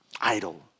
idol